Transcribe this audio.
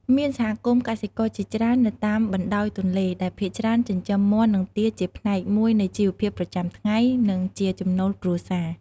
មានសហគមន៍កសិករជាច្រើននៅតាមបណ្ដោយទន្លេ ដែលភាគច្រើនចិញ្ចឹមមាន់ និងទាជាផ្នែកមួយនៃជីវភាពប្រចាំថ្ងៃ និងជាចំណូលគ្រួសារ។